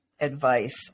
advice